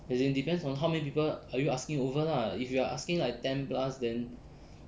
as in depends on how many people are you asking over lah if you are asking like ten plus then